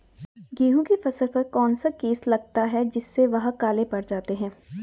गेहूँ की फसल पर कौन सा केस लगता है जिससे वह काले पड़ जाते हैं?